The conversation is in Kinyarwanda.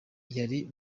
yari